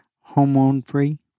hormone-free